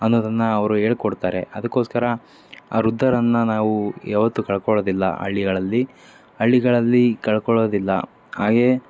ಅನ್ನೋದನ್ನು ಅವರು ಹೇಳ್ಕೊಡ್ತಾರೆ ಅದಕ್ಕೋಸ್ಕರ ಆ ವೃದ್ಧರನ್ನು ನಾವು ಯಾವತ್ತೂ ಕಳ್ಕೊಳ್ಳೋದಿಲ್ಲ ಹಳ್ಳಿಗಳಲ್ಲಿ ಹಳ್ಳಿಗಳಲ್ಲಿ ಕಳ್ಕೊಳ್ಳೋದಿಲ್ಲ ಹಾಗೆಯೇ